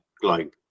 globe